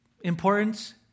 importance